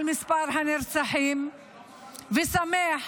על מספר הנרצחים ושמח